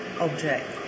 object